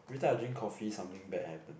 everytime I drink coffee something bad happen